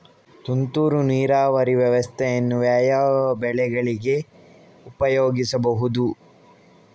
ತುಂತುರು ನೀರಾವರಿ ವ್ಯವಸ್ಥೆಯನ್ನು ಯಾವ್ಯಾವ ಬೆಳೆಗಳಿಗೆ ಉಪಯೋಗಿಸಬಹುದು?